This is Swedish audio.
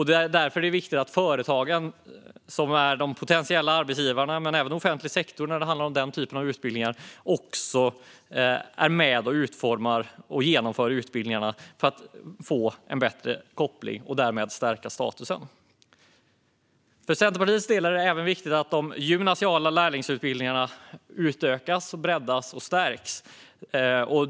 Därför är det viktigt att de företag som är potentiella arbetsgivare - och även offentlig sektor, när det handlar om den typen av utbildningar - också är med och utformar och genomför utbildningarna. Det handlar om att få en bättre koppling och därmed stärka statusen. För Centerpartiets del är det även viktigt att de gymnasiala lärlingsutbildningarna utökas, breddas och stärks.